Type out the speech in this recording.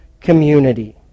community